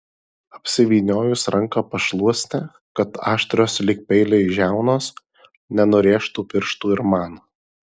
apsivyniojus ranką pašluoste kad aštrios lyg peiliai žiaunos nenurėžtų pirštų ir man